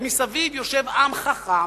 ומסביב יושב עם חכם,